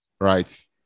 Right